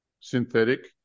synthetic